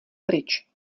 pryč